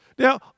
Now